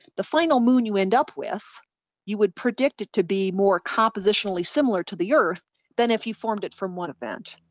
the final moon you end up with you would predict it to be more compositionally similar to the earth than if you formed it from one event.